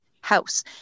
house